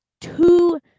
two